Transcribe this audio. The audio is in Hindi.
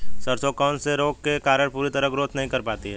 सरसों कौन से रोग के कारण पूरी तरह ग्रोथ नहीं कर पाती है?